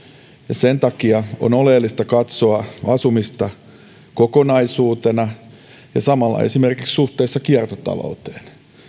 sen takia on oleellista katsoa asumista kokonaisuutena ja samalla esimerkiksi suhteessa kiertotalouteen